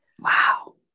Wow